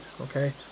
okay